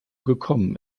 gekommen